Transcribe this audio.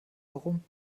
warum